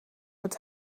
het